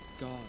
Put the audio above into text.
god